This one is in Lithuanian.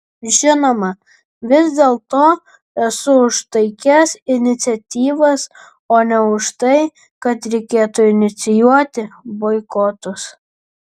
žinoma vis dėlto esu už taikias iniciatyvas o ne už tai kad reikėtų inicijuoti boikotus